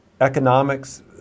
economics